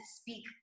speak